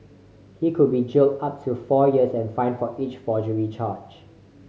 he could be jailed up to four years and fined for each forgery charge